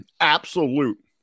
absolute